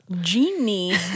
genie